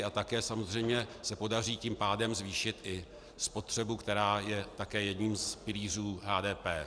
A také samozřejmě se podaří tím pádem zvýšit i spotřebu, která je také jedním z pilířů HDP.